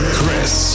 Chris